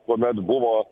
kuomet buvo